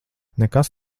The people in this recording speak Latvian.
nekas